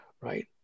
right